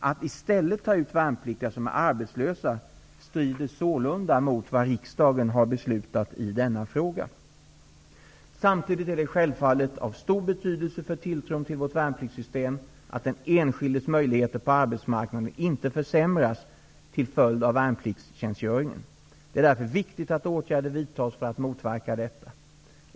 Att i stället ta ut värnpliktiga som är arbetslösa strider sålunda mot vad riksdagen har beslutat i denna fråga. Samtidigt är det självfallet av stor betydelse för tilltron till vårt värnpliktssystem att den enskildes möjligheter på arbetsmarknaden inte försämras till följd av värnpliktstjänstgöringen. Det är därför viktigt att åtgärder vidtas för att motverka detta.